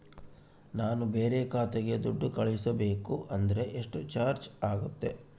ನಾನು ಬೇರೆ ಖಾತೆಗೆ ದುಡ್ಡು ಕಳಿಸಬೇಕು ಅಂದ್ರ ಎಷ್ಟು ಚಾರ್ಜ್ ಆಗುತ್ತೆ?